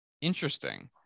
Interesting